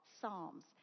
Psalms